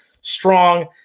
strong